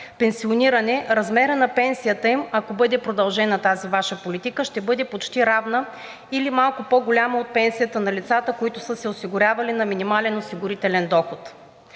пенсиониране размерът на пенсията им, ако бъде продължена тази Ваша политика, ще бъде почти равен или малко по-голям от пенсията на лицата, които са се осигурявали на минимален осигурителен доход.